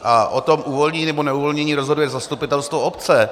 O tom uvolnění nebo neuvolnění rozhoduje zastupitelstvo obce.